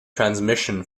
transmission